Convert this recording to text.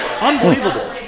unbelievable